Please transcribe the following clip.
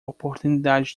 oportunidade